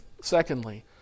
Secondly